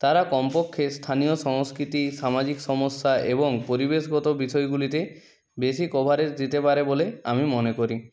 তারা কমপক্ষে স্থানীয় সংস্কৃতি সামাজিক সমস্যা এবং পরিবেশগত বিষয়গুলিতে বেশি কভারেজ দিতে পারে বলে আমি মনে করি